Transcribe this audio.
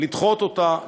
לדחות אותה,